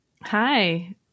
Hi